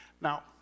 Now